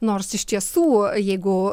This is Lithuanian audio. nors iš tiesų jeigu